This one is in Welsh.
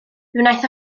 wnaeth